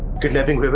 kidnapping